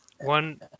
one